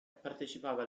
partecipava